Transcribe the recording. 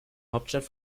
hauptstadt